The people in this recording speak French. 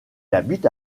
habite